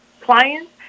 clients